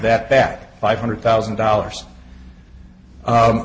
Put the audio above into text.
that back five hundred thousand dollars